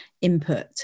input